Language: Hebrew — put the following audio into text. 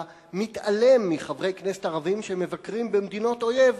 מתעלם מחברי כנסת ערבים שמבקרים במדינות אויב,